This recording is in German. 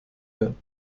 werden